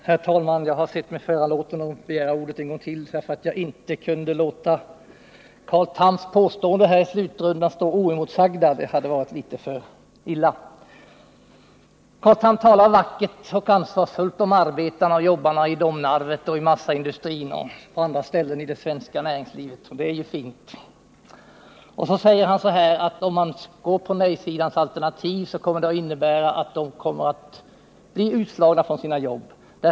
Herr talman! Jag såg mig föranlåten att begära ordet än en gång, eftersom jag inte kunde låta Carl Thams påståenden i slutrundan stå oemotsagda. Det hade varit litet för illa. Carl Tham talar vackert och ansvarsfullt om arbetarna i Domnarvet, massaindustrin och på andra ställen i det svenska näringslivet, och det är ju fint. Han säger, att om man väljer nej-sidans alternativ, kommer det att innebära att arbetarna blir utslagna och förlorar sina jobb.